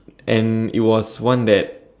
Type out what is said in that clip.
and it was one that